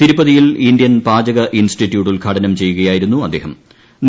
തിരുപ്പതിയിൽ Indian പാചക institute ഉദ്ഘാടനം ചെയ്യുകയായിരുന്നു ആദ്ദേഹ്ട്